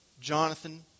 Jonathan